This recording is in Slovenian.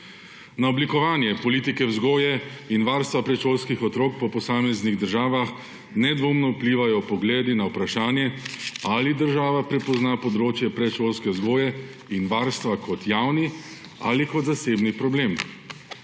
Na oblikovanje politike vzgoje in varstva predšolskih otrok po posameznih državah nedvoumno vplivajo pogledi na vprašanje, ali država prepozna področje predšolske vzgoje in varstva kot javni ali kot zasebni problem.